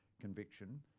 conviction